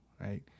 Right